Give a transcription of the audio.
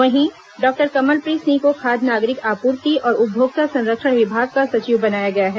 वहीं डॉक्टर कमलप्रीत सिंह को खाद्य नागरिक आपूर्ति और उपभोक्ता संरक्षण विभाग का सचिव बनाया गया है